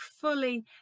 fully